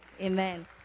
amen